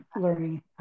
learning